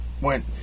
went